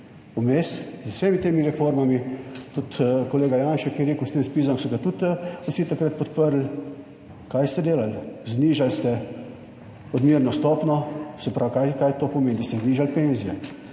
Vmes z vsemi temi reformami, tudi kolega Janša, ki je rekel, s tem ZPIZ-om so ga tudi vsi takrat podprli. Kaj ste delali? Znižali ste odmerno stopnjo. Se pravi, kaj to pomeni? Da ste znižali penzije.